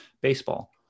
baseball